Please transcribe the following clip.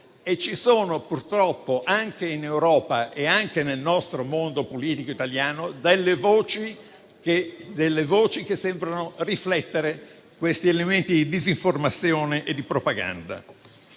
Ci sono purtroppo, anche in Europa e anche nel nostro mondo politico italiano, delle voci che sembrano riflettere questi elementi di disinformazione e di propaganda.